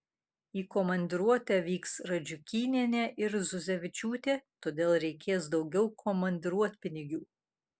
į komandiruotę vyks radžiukynienė ir zuzevičiūtė todėl reikės daugiau komandiruotpinigių